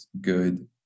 good